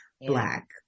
Black